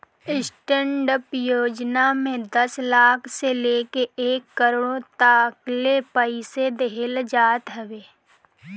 stand up योजना में दस लाख से लेके एक करोड़ तकले पईसा देहल जात हवे